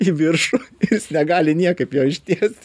į viršų ir jis negali niekaip jo ištiest